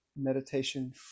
meditation